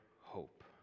hope